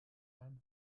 alm